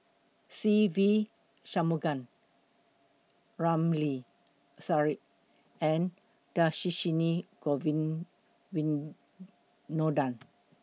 Se Ve Shanmugam Ramli Sarip and Dhershini Govin Winodan